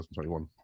2021